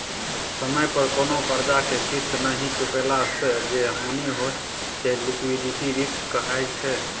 समय पर कोनो करजा केँ किस्त नहि चुकेला सँ जे हानि होइ छै से लिक्विडिटी रिस्क कहाइ छै